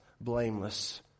blameless